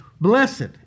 Blessed